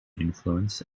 influence